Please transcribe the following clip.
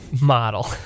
model